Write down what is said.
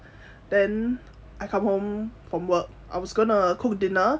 then I come home from work I was gonna cook dinner